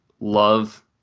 Love